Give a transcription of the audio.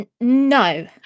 no